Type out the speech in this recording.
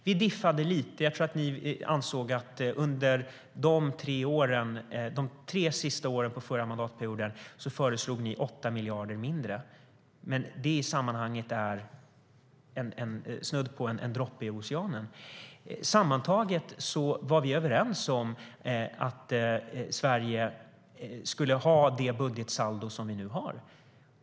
Det diffade lite; jag tror att ni föreslog 8 miljarder mindre under de tre sista åren av den förra mandatperioden, men det är i sammanhanget snudd på en droppe i oceanen. Sammantaget var vi överens om att Sverige skulle ha det budgetsaldo som vi nu har.